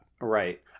right